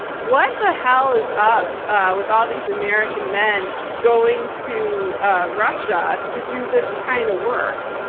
what the hell is up with all these american men going to ah russia to do this kind of work?